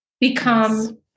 become